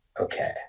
okay